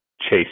chase